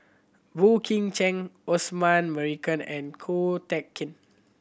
Boey Kim Cheng Osman Merican and Ko Teck Kin